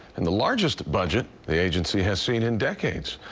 and the largest budget the agency has seen in decades.